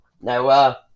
Now